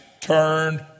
turned